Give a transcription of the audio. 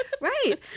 right